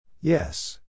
Yes